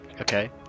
Okay